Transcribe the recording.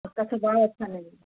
उसका स्वभाव अच्छा नहीं है